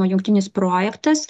jungtinis projektas